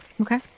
Okay